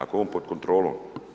Ako je on pod kontrolom.